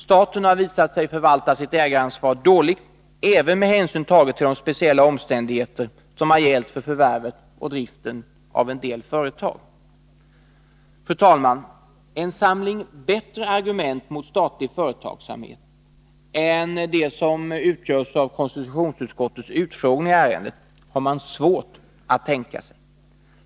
Staten har visat sig förvalta sitt ägaransvar dåligt, även med hänsyn tagen till de speciella omständigheter som har gällt för förvärvet och driften av en del företag. Fru talman! En samling bättre argument mot statlig företagsamhet än de som utgörs av konstitutionsutskottets utfrågningar i ärendet har man svårt att tänka sig.